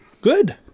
Good